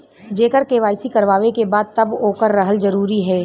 जेकर के.वाइ.सी करवाएं के बा तब ओकर रहल जरूरी हे?